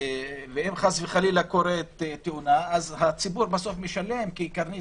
ואם חס וחלילה קורית תאונה הציבור משלם כי קרנית